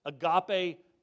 agape